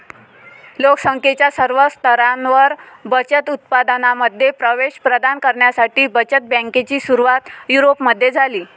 लोक संख्येच्या सर्व स्तरांवर बचत उत्पादनांमध्ये प्रवेश प्रदान करण्यासाठी बचत बँकेची सुरुवात युरोपमध्ये झाली